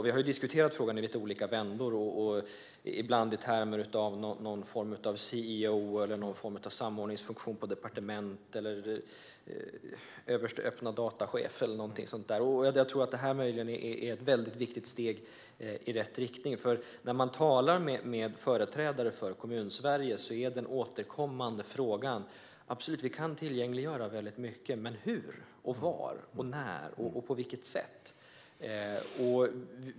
Vi har diskuterat frågan i lite olika vändor, ibland i termer av någon form av CEO, någon form av samordningsfunktion på departementet, en "överste öppnadatachef" eller någonting sådant. Jag tror att det här möjligen är ett viktigt steg i rätt riktning. När man talar med företrädare för Kommunsverige är den återkommande synpunkten: Vi kan absolut tillgängliggöra mycket, men hur, var, när och på vilket sätt?